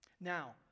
Now